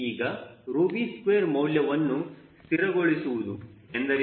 ಈಗ 𝜌𝑉2 ಮೌಲ್ಯವನ್ನು ಸ್ಥಿರಗೊಳಿಸುವುದು ಎಂದರೇನು